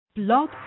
Blog